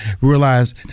realize